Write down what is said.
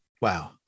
Wow